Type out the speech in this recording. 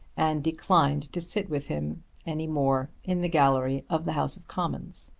and declined to sit with him any more in the gallery of the house of commons.